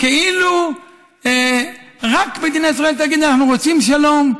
כאילו רק מדינת ישראל תגיד "אנחנו רוצים שלום",